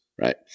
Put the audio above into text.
right